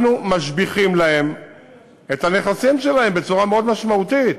אנחנו משביחים להם את הנכסים שלהם בצורה מאוד משמעותית.